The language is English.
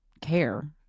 care